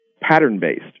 pattern-based